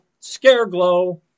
Scareglow